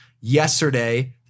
yesterday